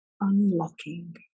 unlocking